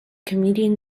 comedian